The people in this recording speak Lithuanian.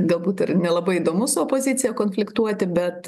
galbūt ir nelabai įdomu su opozicija konfliktuoti bet